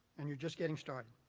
and you're just getting started.